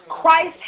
Christ